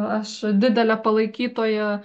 aš didelė palaikytoja